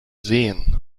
seen